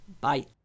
Bye